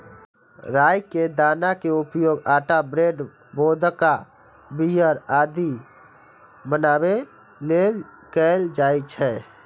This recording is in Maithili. राइ के दाना के उपयोग आटा, ब्रेड, वोदका, बीयर आदि बनाबै लेल कैल जाइ छै